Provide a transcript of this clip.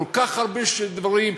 כל כך הרבה דברים,